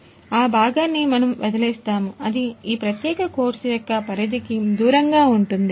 కాబట్టి ఆ భాగాన్ని మనం వదిలివేస్తాము అది ఈ ప్రత్యేక కోర్సు యొక్క పరిధికి దూరంగా ఉంటుంది